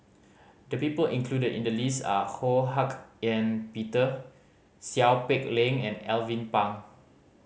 the people included in the list are Ho Hak Ean Peter Seow Peck Leng and Alvin Pang